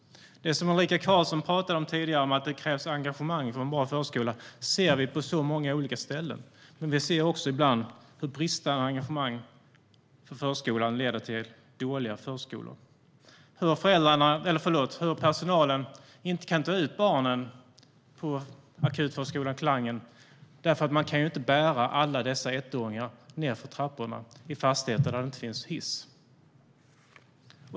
Det som Ulrika Carlsson talade om tidigare - att det krävs engagemang för en bra förskola - ser vi på så många olika ställen. Men vi ser också ibland hur bristande engagemang i förskolan leder till dåliga förskolor. Personalen på akutförskolan Klangen kan inte ta ut barnen eftersom de inte kan bära alla dessa ettåringar nedför trapporna i fastigheter där det inte finns hiss.